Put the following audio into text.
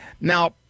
Now